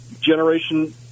generation